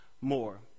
more